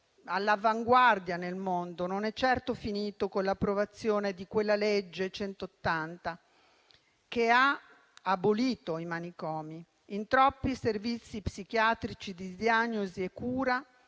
all'avanguardia nel mondo, non è certo finito con l'approvazione della legge n. 180 che ha abolito i manicomi. In troppi servizi psichiatrici di diagnosi e cura